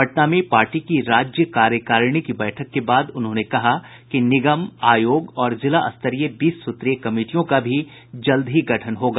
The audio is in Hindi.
पटना में पार्टी की राज्य कार्यकारिणी की बैठक में उन्होंने कहा कि निगम आयोग और जिला स्तरीय बीस सूत्रीय कमिटियों का भी जल्दी ही गठन होगा